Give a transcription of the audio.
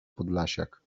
podlasiak